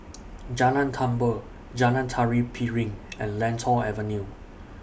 Jalan Tambur Jalan Tari Piring and Lentor Avenue